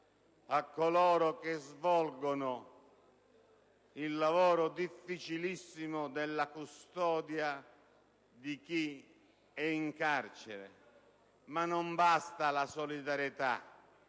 a coloro che svolgono il lavoro difficilissimo della custodia di chi è in carcere: non basta la solidarietà,